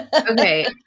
Okay